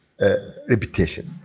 reputation